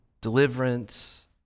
deliverance